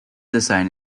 design